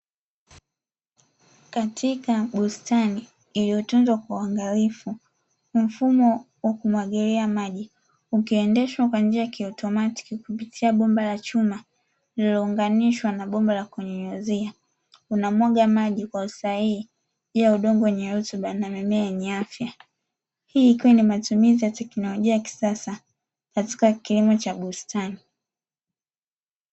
Katika bustani iliyotunzwa kiuangalifu mfumo wa kumwagilia maji ukiendeshwa kwa njia ya kiutomatic kupitia bomba la chuma lililounganishwa na bomba la kunyunyuzia unamwaga maji kwa usahihi juu ya udongo wenye rutuba na mimea yenye afya. Hii ikiwa ni matumizi ya teknolojia ya kisasa katika kilimo cha bustani.